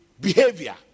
behavior